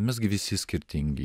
mes gi visi skirtingi